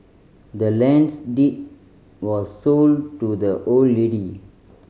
the land's deed was sold to the old lady